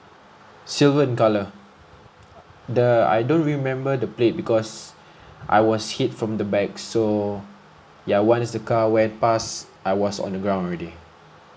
silver in colour the I don't remember the plate because I was hit from the back so ya one is the car went pass I was on the ground already